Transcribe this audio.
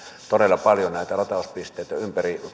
todella paljon näitä latauspisteitä ympäri